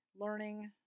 learning